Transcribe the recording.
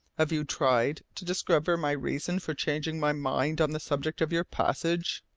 have you tried to discover my reason for changing my mind on the subject of your passage?